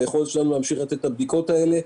היכולת שלנו להמשיך לתת את הבדיקות האלה,